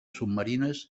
submarines